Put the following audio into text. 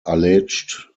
alleged